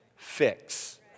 fix